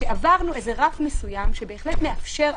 שעברנו איזה רף מסוים שבהחלט מאפשר אכיפה.